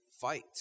fight